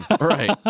Right